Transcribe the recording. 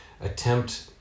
attempt